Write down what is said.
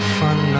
fun